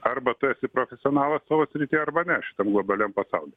arba tu esi profesionalas savo srityje arba ne šitam globaliam pasauly